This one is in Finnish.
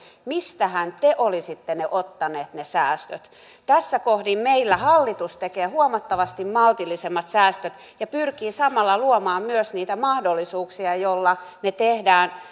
mistähän te olisitte ne säästöt ottaneet tässä kohdin meillä hallitus tekee huomattavasti maltillisemmat säästöt ja pyrkii samalla luomaan myös niitä mahdollisuuksia joilla ne tehdään